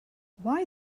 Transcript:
why